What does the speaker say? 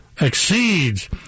exceeds